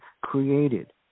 created